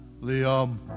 Liam